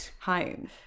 home